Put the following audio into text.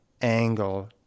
angle